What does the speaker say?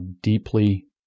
deeply